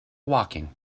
walking